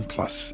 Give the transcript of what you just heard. Plus